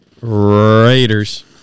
Raiders